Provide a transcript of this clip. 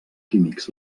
químics